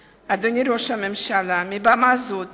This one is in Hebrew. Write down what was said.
אדוני ראש הממשלה, אני קוראת מעל במה זאת